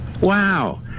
Wow